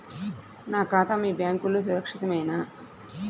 నా ఖాతా మీ బ్యాంక్లో సురక్షితమేనా?